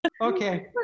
Okay